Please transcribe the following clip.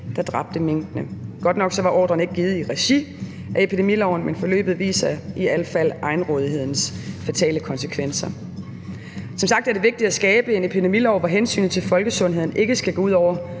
der dræbte minkene. Godt nok var ordren ikke givet i regi af epidemiloven, men forløbet viser i al fald egenrådighedens fatale konsekvenser. Som sagt er det vigtigt at skabe en epidemilov, hvor hensynet til folkesundheden ikke skal gå ud over